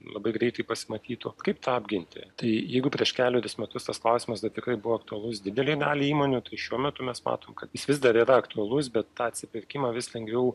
labai greitai pasimatytų kaip tą apginti tai jeigu prieš kelerius metus tas klausimas dar tikrai buvo aktualus didelei daliai įmonių tai šiuo metu mes matom kad jis vis dar yra aktualus bet tą atsipirkimą vis lengviau